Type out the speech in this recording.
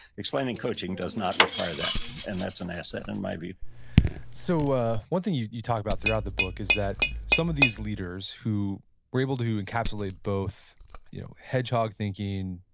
explaining coaching does not require that and that's an asset in my view so ah one thing you you talk about throughout the book is that some of these leaders who were able to encapsulate both you know hedgehog thinking,